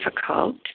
difficult